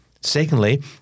Secondly